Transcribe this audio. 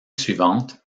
suivante